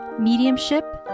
mediumship